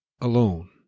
Alone